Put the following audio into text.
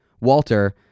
walter